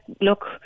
look